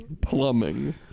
plumbing